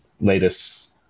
latest